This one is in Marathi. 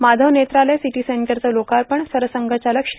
माधव नेत्रालय सिदी सेंटरचं लोकार्पण सरसंघचालक श्री